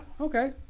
okay